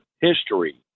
history